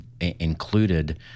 included